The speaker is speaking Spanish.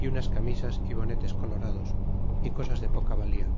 y unas camisas y bonetes colorados y cosas de poca valla